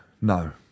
no